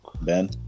Ben